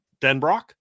Denbrock